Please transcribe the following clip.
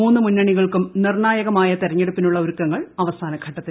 മൂന്ന് മുന്നണികൾക്കും നിർണ്ണായകമായ തിരഞ്ഞെടുപ്പിനുള്ള ഒരുക്കങ്ങൾ അവാസന ഘട്ടത്തിൽ